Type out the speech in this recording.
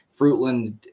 Fruitland